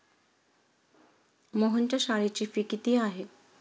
मोहनच्या शाळेची फी किती आहे?